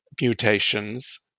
mutations